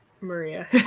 Maria